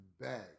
bag